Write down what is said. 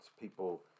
people